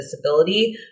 disability